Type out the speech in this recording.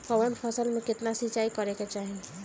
कवन फसल में केतना सिंचाई करेके चाही?